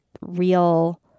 real